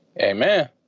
Amen